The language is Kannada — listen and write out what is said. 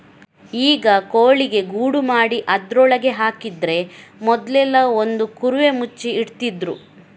ಈಗ ಕೋಳಿಗೆ ಗೂಡು ಮಾಡಿ ಅದ್ರೊಳಗೆ ಹಾಕಿದ್ರೆ ಮೊದ್ಲೆಲ್ಲಾ ಒಂದು ಕುರುವೆ ಮುಚ್ಚಿ ಇಡ್ತಿದ್ರು